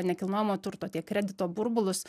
nekilnojamo turto tiek kredito burbulus